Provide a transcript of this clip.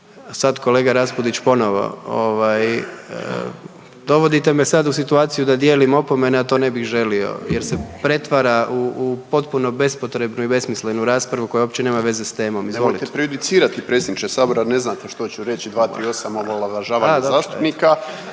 Sad kolega Raspudić ponovo. Ovaj, dovodite me sad u situaciju da dijelim opomene, a to ne bih želio jer se pretvara u potpuno bespotrebnu i besmislenu raspravu koja uopće nema veze s temom. Izvolite. **Raspudić, Nino (Nezavisni)** Nemojte prejudicirati predsjedniče sabora, ne znate što ću reći, 238. omalovažavanje zastupnika.